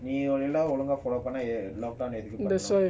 நீஒழுங்காபண்ண:nee olunga panna lockdown எதுக்குபோடணும்:edhuku podanum